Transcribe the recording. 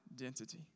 identity